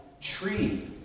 tree